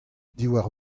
diwar